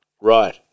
right